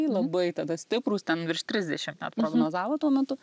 labai tada stiprūs ten virš trisdešim net prognozavo tuo metu